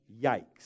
Yikes